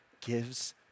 gives